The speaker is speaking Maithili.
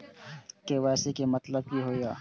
के.वाई.सी के मतलब की होई छै?